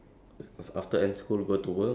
cause now now my life is like